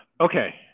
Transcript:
Okay